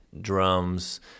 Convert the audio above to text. drums